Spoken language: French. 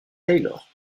taylor